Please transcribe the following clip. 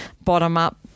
bottom-up